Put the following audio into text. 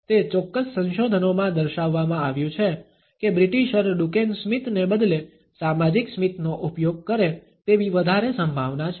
તે ચોક્કસ સંશોધનોમાં દર્શાવવામાં આવ્યું છે કે બ્રિટિશર ડુકેન સ્મિતને બદલે સામાજિક સ્મિતનો ઉપયોગ કરે તેવી વધારે સંભાવના છે